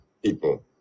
people